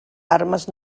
armes